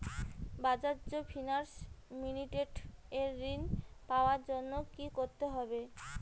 Bajaj finance limited এ ঋন পাওয়ার জন্য কি করতে হবে?